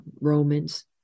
romans